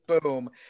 boom